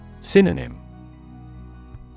Synonym